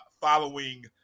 following